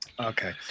Okay